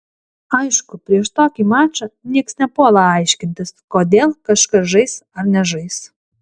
aišku prieš tokį mačą niekas nepuola aiškintis kodėl kažkas žais ar nežais